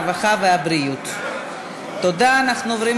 הרווחה והבריאות נתקבלה.